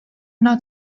not